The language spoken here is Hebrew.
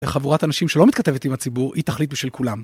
חבורת אנשים שלא מתכתבת עם הציבור, היא תחליט בשל כולם.